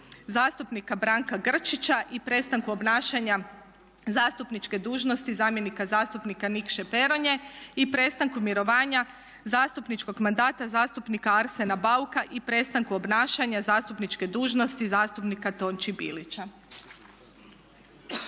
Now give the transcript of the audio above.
zastupnika Branka Grčića i prestanku obnašanja zastupničke dužnosti zamjenika zastupnika Nikše Peronje. I prestanku mirovanja zastupničkog mandata zastupnika Arsena Bauka i prestanku obnašanja zastupničke dužnosti zastupnika Tonči Bilića.